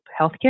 healthcare